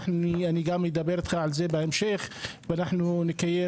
ואני גם אדבר אתך על זה בהמשך ואנחנו נקיים